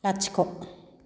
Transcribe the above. लाथिख'